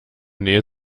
nähe